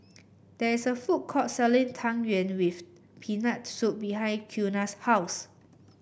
there is a food court selling Tang Yuen with Peanut Soup behind Qiana's house